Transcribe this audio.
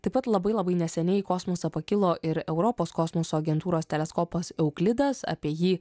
taip pat labai labai neseniai į kosmosą pakilo ir europos kosmoso agentūros teleskopas euklidas apie jį